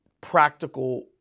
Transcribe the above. practical